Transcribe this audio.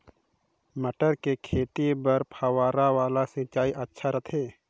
मटर के खेती बर फव्वारा वाला सिंचाई अच्छा रथे?